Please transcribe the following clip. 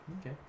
Okay